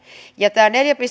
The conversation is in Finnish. tämä neljä pilkku